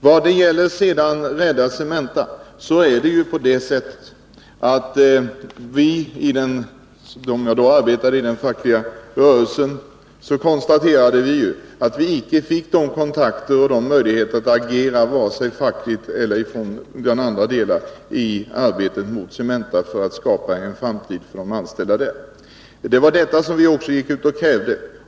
När det gäller ”Rädda Cementa” konstaterade vii den fackliga rörelsen att vi icke fick de kontakter och de möjligheter att agera vare sig fackligt eller på annat sätt som behövdes för att skapa en framtid för de anställda i Cementa. Det var detta som vi gick ut och krävde.